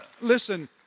listen